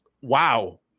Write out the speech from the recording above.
wow